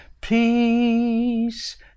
peace